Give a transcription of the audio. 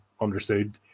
understood